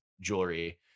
jewelry